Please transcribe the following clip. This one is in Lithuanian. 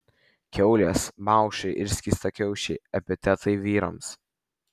kiaulės maušai ir skystakiaušiai epitetai vyrams